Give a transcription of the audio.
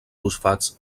fosfats